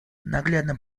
наглядным